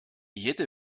jede